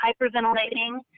hyperventilating